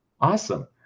Awesome